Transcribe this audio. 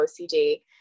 OCD